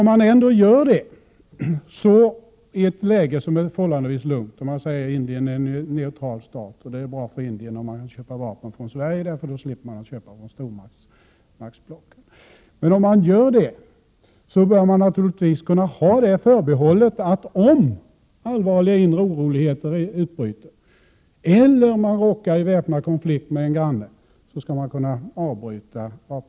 Om man ändå gör det i ett läge som är förhållandevis lugnt — där man också säger att Indien är en neutral stat och att det är bra om Indien kan köpa vapen från Sverige och därmed slipper köpa från stormaktsblocken — bör man naturligtvis kunna göra det förbehållet att om allvarliga inre oroligheter utbryter eller Indien råkar i väpnad konflikt med en granne, skall vapenexporten kunna avbrytas.